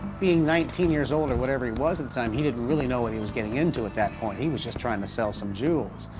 being nineteen years old, or whatever he was at the time, he didn't really know what he was getting into at that point. he was just trying to sell some jewels,